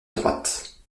droite